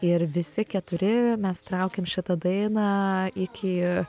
ir visi keturi mes traukiam šitą dainą iki